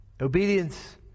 Obedience